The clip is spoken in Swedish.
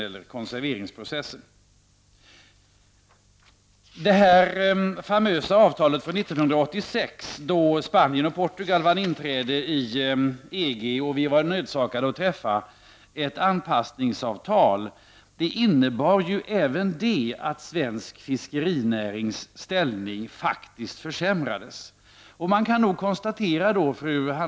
Det famösa avtal som vi var nödsakade att träffa 1986, då Spanien och Portugal vann tillträde i EG, och som är ett anpassningsavtal, innebar även det att svensk fiskerinärings ställning faktiskt försämrades.